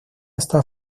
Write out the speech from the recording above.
está